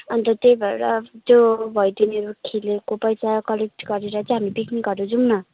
अन्त त्यही भएर त्यो भैलेनीहरू खेलेको पैसा कलेक्ट गरेर चाहिँ हामी पिकनिकहरू जाउँ न